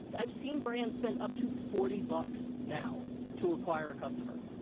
i've seen brands spend up to forty bucks now to acquire a customer.